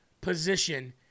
position